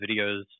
videos